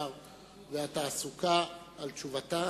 המסחר והתעסוקה על תשובתה,